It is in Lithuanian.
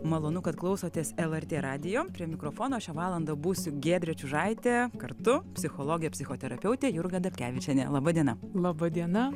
malonu kad klausotės lrt radijo prie mikrofono šią valandą būsiu giedrė čiužaitė kartu psichologė psichoterapeutė jurga dapkevičienė laba diena laba diena